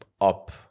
up